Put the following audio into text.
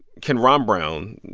can ron brown,